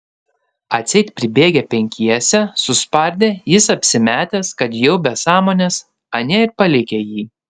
atseit pribėgę penkiese suspardę jis apsimetęs kad jau be sąmonės anie ir palikę jį